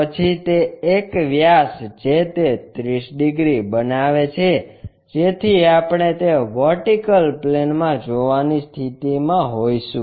પછી તે એક વ્યાસ જે તે 30 ડિગ્રી બનાવે છે જેથી આપણે તે વર્ટિકલ પ્લેનમાં જોવાની સ્થિતિમાં હોઈશું